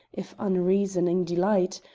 if unreasoning, delight.